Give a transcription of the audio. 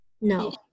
no